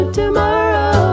tomorrow